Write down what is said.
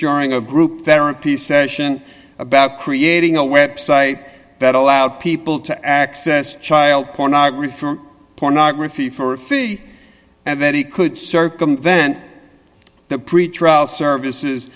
during a group therapy session about creating a website that allowed people to access child pornographer pornography for free and that he could circumvent the pretrial services